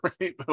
right